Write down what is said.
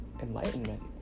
enlightenment